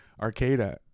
Arcada